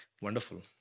wonderful